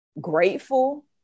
grateful